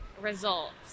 results